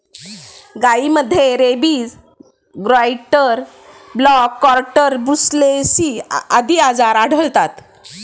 गायींमध्ये rabies, goitre, black quarter, brucellosis आदी आजार आढळतात